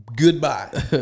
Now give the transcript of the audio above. Goodbye